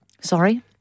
Sorry